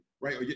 right